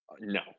No